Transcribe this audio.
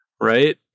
right